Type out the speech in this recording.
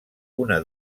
una